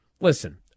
listen